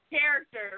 character